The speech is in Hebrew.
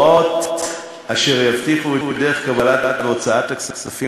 הוראות אשר יבטיחו את דרך קבלת והוצאת הכספים